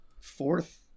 fourth